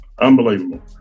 unbelievable